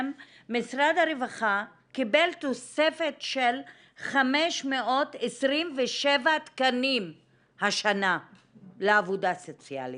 משרד הרווחה קיבל תוספת של 527 תקנים השנה לעבודה סוציאלית.